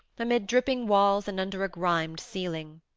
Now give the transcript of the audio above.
amid dripping walls and under a grimed ceiling.